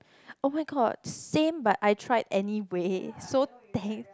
oh-my-god same but I try anywhere so thanks